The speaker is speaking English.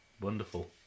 wonderful